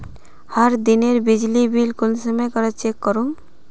हर दिनेर बिजली बिल कुंसम करे चेक करूम?